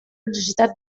necessitat